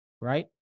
Right